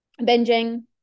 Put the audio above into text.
Binging